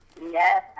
Yes